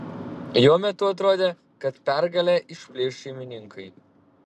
jo metu atrodė kad pergalę išplėš šeimininkai